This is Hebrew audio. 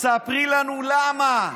ספרי לנו למה,